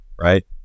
right